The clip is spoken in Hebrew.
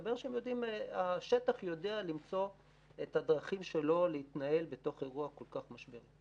ומסתבר שהשטח יודע למצוא את הדרכים שלו להתנהל בתוך אירוע כל כך משברי.